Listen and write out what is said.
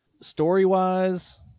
Story-wise